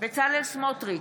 בצלאל סמוטריץ'